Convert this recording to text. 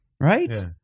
right